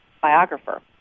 biographer